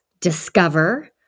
discover